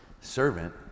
servant